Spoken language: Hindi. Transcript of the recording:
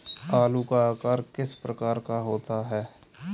आलू का आकार किस प्रकार का होता है?